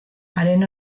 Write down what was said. haren